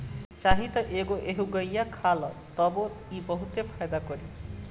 चाही त एके एहुंगईया खा ल तबो इ बहुते फायदा करी